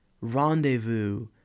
Rendezvous